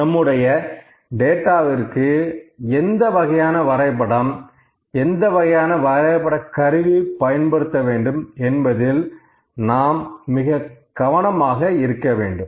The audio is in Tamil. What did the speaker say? நம்முடைய டேட்டாவிற்கு எந்த வகையான வரைபடம் எந்த வகையான வரைபட கருவி பயன்படுத்த வேண்டும் என்பதில் நாம் மிகக் கவனமாக இருக்க வேண்டும்